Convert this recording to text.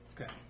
Okay